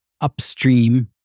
upstream